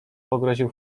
pogroził